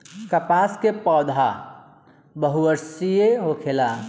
कपास के पौधा बहुवर्षीय होखेला